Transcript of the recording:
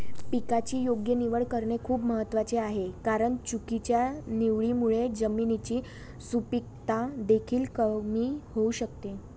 पिकाची योग्य निवड करणे खूप महत्वाचे आहे कारण चुकीच्या निवडीमुळे जमिनीची सुपीकता देखील कमी होऊ शकते